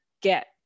get